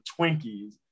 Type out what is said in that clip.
Twinkies